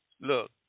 Look